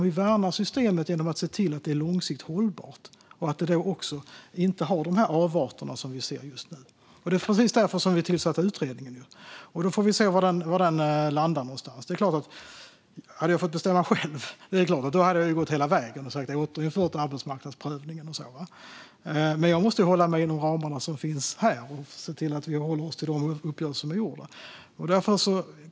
Vi värnar systemet genom att se till att det är långsiktigt hållbart och att det inte har de avarter som vi ser just nu. Det är precis därför som vi tillsatte utredningen. Vi får se var den landar någonstans. Hade jag fått bestämma själv hade jag gått hela vägen och sagt att vi ska återinföra arbetsmarknadsprövningen. Men jag måste hålla mig inom de ramar som finns här och se till att vi håller oss till de uppgörelser som är gjorda.